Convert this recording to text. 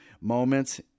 moments